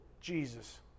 Jesus